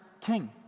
king